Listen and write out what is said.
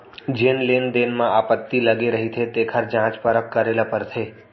जेन लेन देन म आपत्ति लगे रहिथे तेखर जांच परख करे ल परथे